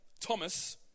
Thomas